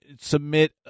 submit